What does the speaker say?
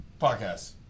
Podcast